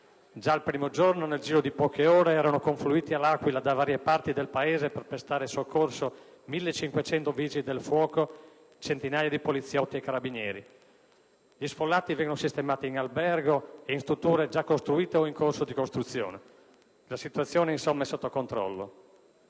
Già il primo giorno, nel giro di poche ore, erano confluiti per prestare soccorso all'Aquila, da varie parti del Paese, 1.500 vigili del fuoco, centinaia di poliziotti e carabinieri. Gli sfollati vengono sistemati in alberghi e in strutture già costruite o in corso di costruzione. La situazione, insomma, è sotto controllo.